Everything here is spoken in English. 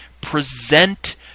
present